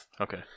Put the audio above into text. Okay